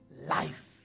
life